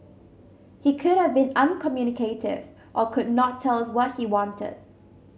he could have been uncommunicative or could not tell us what he wanted